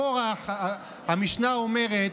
קרח, המשנה אומרת: